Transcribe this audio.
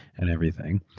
and everything.